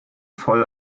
voll